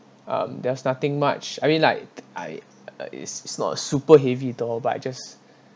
um there's nothing much I mean like I uh is is not super heavy door but I just